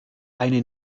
eine